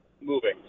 moving